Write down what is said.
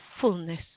fullness